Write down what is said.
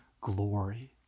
glory